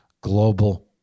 global